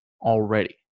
already